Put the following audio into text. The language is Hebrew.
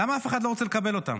למה אף אחד לא רוצה לקבל אותם?